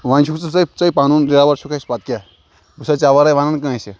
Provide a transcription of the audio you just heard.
وۄنۍ چھُکھ ژٕ ژٔے ژٔے پَنُن ڈرٛیوَر چھُکھ اَسہِ پَتہٕ کیٛاہ بہٕ چھُسَے ژےٚ وَرٲے وَنان کٲنٛسہِ